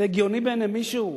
זה הגיוני בעיני מישהו?